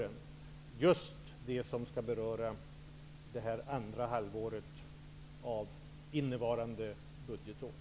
Det rör sig om just sådant som skall beröra det andra halvåret av innevarande budgetår.